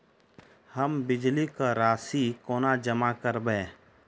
हम बिजली कऽ राशि कोना जमा करबै?